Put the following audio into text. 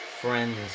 friends